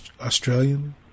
Australian